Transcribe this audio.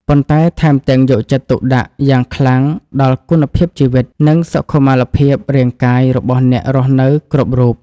ប៉ុន្តែថែមទាំងយកចិត្តទុកដាក់យ៉ាងខ្លាំងដល់គុណភាពជីវិត និងសុខុមាលភាពរាងកាយរបស់អ្នករស់នៅគ្រប់រូប។